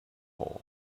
hole